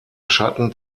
schatten